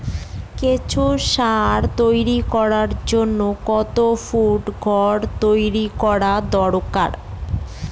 কেঁচো সার তৈরি করার জন্য কত ফুট ঘর তৈরি করা দরকার?